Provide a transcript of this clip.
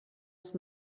ist